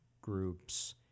groups